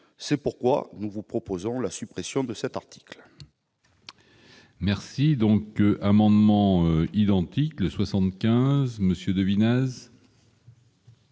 ces raisons, nous vous proposons la suppression de cet article.